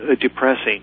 depressing